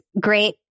great